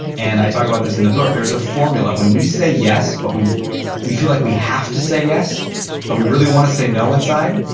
and i talk about this in the book. there's a formula. when we say yes but we we feel like we have to say yes but we really want to say no inside,